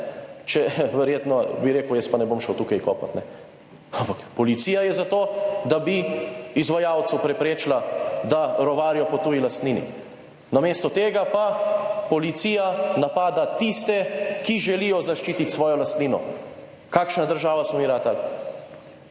če, verjetno, bi rekel, jaz pa ne bom šel tukaj kopati, ampak policija je za to, da bi izvajalcu preprečila, da rovarijo po tuji lastnini, namesto tega pa policija napada tiste, ki želijo zaščititi svojo lastnino. Kakšna država smo mi ratali?